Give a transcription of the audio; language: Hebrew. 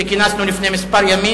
שכינסנו לפני מספר ימים,